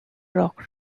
rock